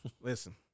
listen